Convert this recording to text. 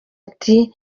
ati